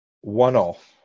one-off